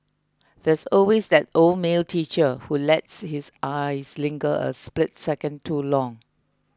there's always that old male teacher who lets his eyes linger a split second too long